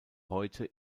heute